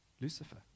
Lucifer